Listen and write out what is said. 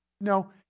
No